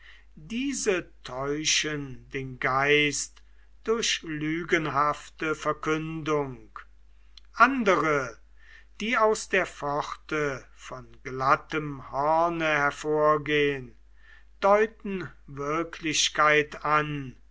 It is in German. diese täuschen den geist durch lügenhafte verkündung andere die aus der pforte von glattem horne hervorgehn deuten wirklichkeit an